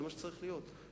זה מה שצריך להיות,